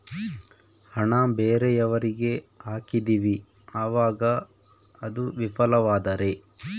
ಹಣ ಬೇರೆಯವರಿಗೆ ಹಾಕಿದಿವಿ ಅವಾಗ ಅದು ವಿಫಲವಾದರೆ?